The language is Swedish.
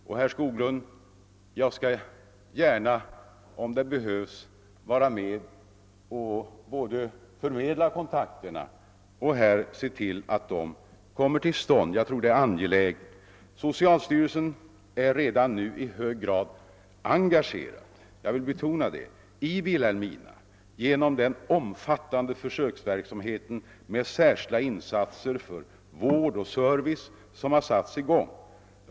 Om det behövs, herr Skoglund, skall jag gärna vara med och både förmedla kontakterna och se till att de kommer till stånd. Socialstyrelsen är redan nu i hög grad engagerad — jag vill betona detta — i Vilhelmina genom den omfattande försöksverksamhet med särskilda insatser för vård och service som har satts i gång.